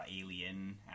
Alien